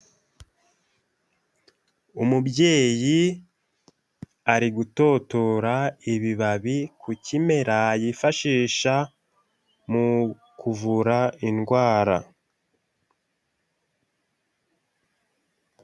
Umubyeyi, ari gutotora, ibibabi ku kimera, yifashisha mu kuvura indwara.